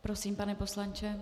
Prosím, pane poslanče.